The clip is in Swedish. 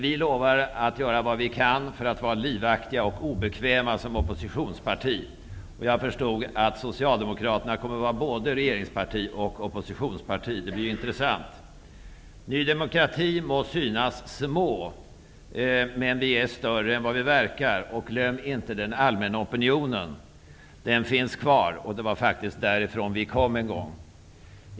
Vi lovar att göra vad vi kan för att vara livaktiga och obekväma som oppositionsparti. Jag förstod att Socialdemokraterna kommer att vara både regeringsparti och oppositionsparti -- det blir intressant. Ny demokrati må synas vara ett litet parti, men det är större än vad det verkar. Och glöm inte den allmänna opinionen! Den finns kvar, och det var faktiskt därifrån vi kom en gång.